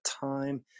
time